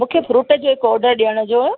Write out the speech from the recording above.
मूंखे फ्रूट जो हिकु ऑडर ॾियण जो हुयो